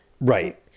right